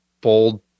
bold